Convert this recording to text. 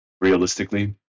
realistically